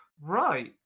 Right